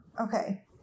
Okay